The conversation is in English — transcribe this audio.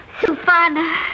Sufana